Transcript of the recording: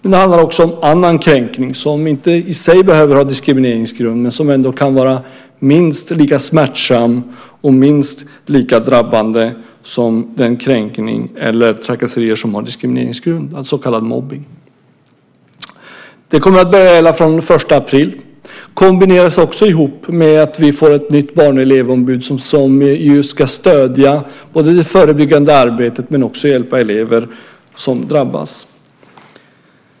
Det handlar också om annan kränkning som inte i sig behöver ha diskrimineringsgrund men som ändå kan vara minst lika smärtsam och drabbande som den kränkning eller de trakasserier som har diskrimineringsgrund, så kallad mobbning. Den kommer att börja gälla från den 1 april och kombineras med att vi får ett nytt barn och elevombud som både ska stödja det förebyggande arbetet och hjälpa elever som drabbas.